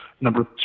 number